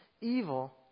evil